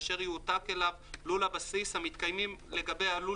אשר יועתק אליו לול הבסיס ומתקיימים לגבי הלול